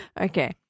Okay